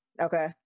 okay